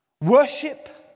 worship